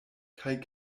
kaj